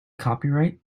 copyright